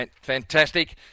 Fantastic